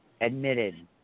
admitted